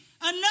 Enough